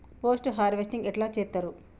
Post harvesting ఎట్ల చేత్తరు?